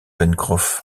pencroff